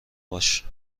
باش